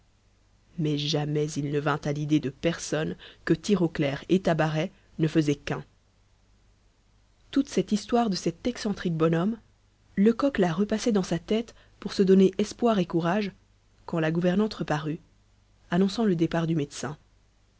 mais jamais il ne vint à l'idée de personne que tirau clair et tabaret ne faisaient qu'un toute cette histoire de cet excentrique bonhomme lecoq la repassait dans sa tête pour se donner espoir et courage quand la gouvernante reparut annonçant le départ du médecin